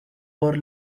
por